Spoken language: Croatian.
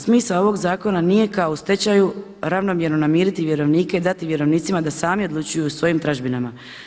Smisao ovog zakona nije kao u stečaju ravnomjerno namirit vjerovnike i dati vjerovnicima da sami odlučuju o svojim tražbinama.